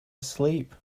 asleep